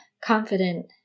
confident